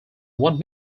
one